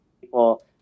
people